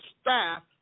staff